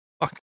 Fuck